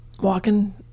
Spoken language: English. walking